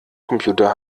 computer